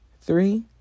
three